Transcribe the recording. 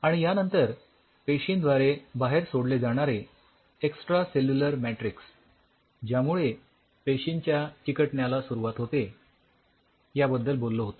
आणि यानंतर पेशींद्वारे बाहेर सोडले जाणारे एक्सट्रा सेल्युलर मॅट्रिक्स ज्यामुळे पेशींच्या चिकटण्याला सुरुवात होते याबद्दल बोललो होतो